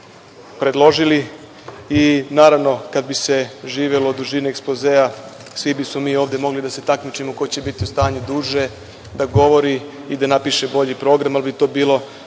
predložili. Naravno, kada bi se živelo od dužine ekspozea svi bismo mi ovde mogli da se takmičimo ko će biti u stanju da duže govori i da napiše bolji program, ali bi to bilo